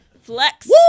Flex